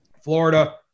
Florida